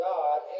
God